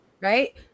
Right